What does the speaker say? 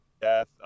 death